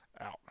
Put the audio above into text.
out